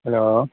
hello